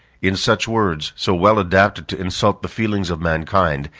in such words, so well adapted to insult the feelings of mankind,